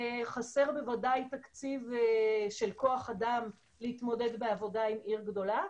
חסר בוודאי תקציב של כוח אדם להתמודד בעבודה עם עיר גדולה.